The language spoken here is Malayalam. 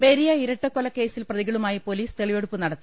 പെരിയ ഇരട്ടക്കൊലക്കേസിൽ പ്രതികളുമായി പൊലിസ് തെളിവെടുപ്പ് നടത്തി